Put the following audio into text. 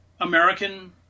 American